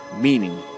meaning